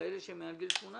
כאלה שהם מעל גיל 18,